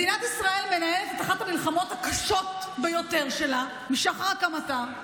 מדינת ישראל מנהלת את אחת המלחמות הקשות ביותר שלה משחר הקמתה,